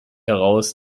heraus